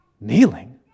Kneeling